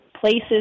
places